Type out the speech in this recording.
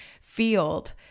field